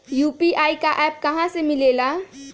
UPI का app कहा से मिलेला?